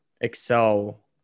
excel